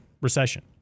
recession